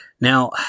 Now